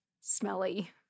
smelly